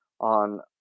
on